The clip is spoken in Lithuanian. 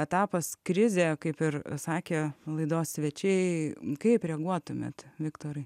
etapas krizė kaip ir sakė laidos svečiai kaip reaguotumėt viktorai